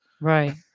right